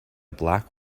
black